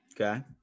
Okay